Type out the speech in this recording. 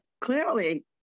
clearly